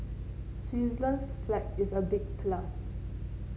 Switzerland's flag is a big plus